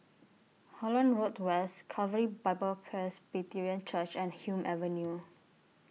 Holland Road West Calvary Bible Presbyterian Church and Hume Avenue